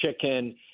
chicken